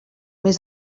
mes